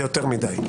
זה יותר מדי.